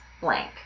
blank